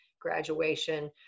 graduation